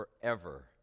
forever